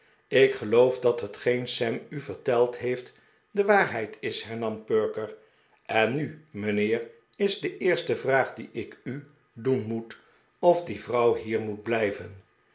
ik geloof dat hetgeen sam u verteld heeft de waarheid is hernam perker en nu mijnheer is de eerste vraag die ik u doen moet of die vrouw hier moet blijven